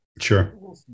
sure